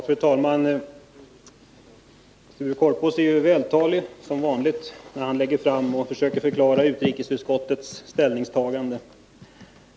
Fru talman! Sture Korpås är som vanligt vältalig, när han redovisar för och försöker förklara utrikesutskottets ställningstagande.